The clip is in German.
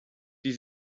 die